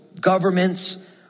governments